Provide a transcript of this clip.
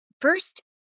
First